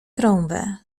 trąbę